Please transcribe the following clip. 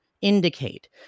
indicate